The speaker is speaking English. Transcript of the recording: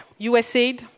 USAID